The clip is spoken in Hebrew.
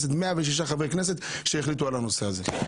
106 חברי כנסת החליטו על הנושא הזה.